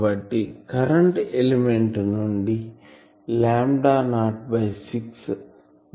కాబట్టి current element నుండి lambda naught by 6